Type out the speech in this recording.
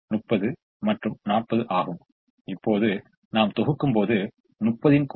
எனவே அதை சமப்படுத்த இங்கே 1 ஐ கொண்டு பொறுத்தும்போது நாம் அதற்கு ஒரு 1 1 1 ஐ கொண்டு பூர்த்தி செய்ய முயற்சிக்க வேண்டும்